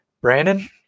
Brandon